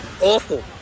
Awful